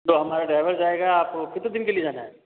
जो हमारा रहेगा ड्राइवर आपको कितने दिन के लिए जाना है